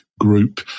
group